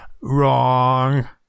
Wrong